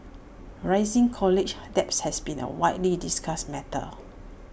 rising college debt has been A widely discussed matter